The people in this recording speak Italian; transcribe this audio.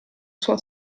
sua